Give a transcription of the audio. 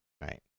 right